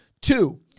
Two